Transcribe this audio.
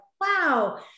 wow